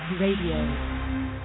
Radio